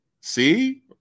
See